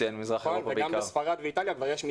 גם בספרד ואיטליה כבר יש מתווים.